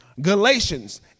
Galatians